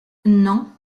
non